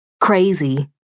crazy